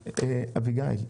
אביגל,